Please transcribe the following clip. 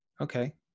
Okay